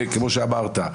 כמו שאמרת,